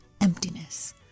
emptiness